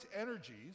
energies